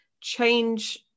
change